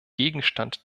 gegenstand